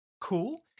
cool